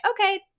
okay